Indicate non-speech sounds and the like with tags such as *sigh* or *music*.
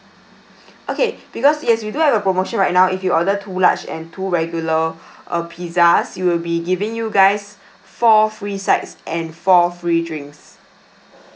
*noise* okay because yes we do have a promotion right now if you order two large and two regular *breath* uh pizzas it will be giving you guys four free sides and four free drinks